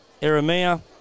Eremia